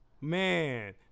man